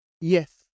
Yes